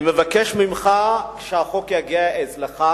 אני מבקש ממך שהחוק יהיה אצלך,